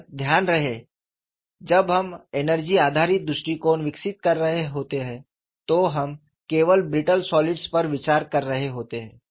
और ध्यान रहे जब हम एनर्जी आधारित दृष्टिकोण विकसित कर रहे होते हैं तो हम केवल ब्रिट्टल सॉलिड्स पर विचार कर रहे होते हैं